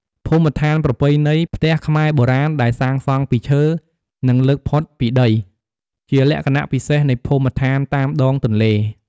ភូមិដ្ឋានប្រពៃណី ផ្ទះខ្មែរបុរាណដែលសាងសង់ពីឈើ និងលើកផុតពីដី ជាលក្ខណៈពិសេសនៃភូមិឋានតាមដងទន្លេ។